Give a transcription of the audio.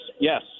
Yes